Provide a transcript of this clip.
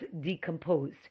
decomposed